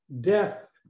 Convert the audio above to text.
death